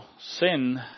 sin